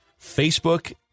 Facebook